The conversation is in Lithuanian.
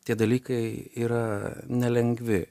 tie dalykai yra nelengvi